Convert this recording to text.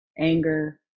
anger